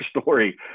story